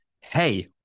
Hey